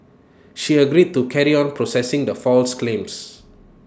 she agreed to carry on processing the false claims